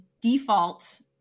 default